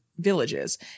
villages